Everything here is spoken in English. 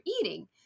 eating